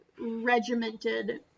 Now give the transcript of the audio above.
regimented